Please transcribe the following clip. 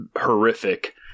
horrific